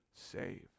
saved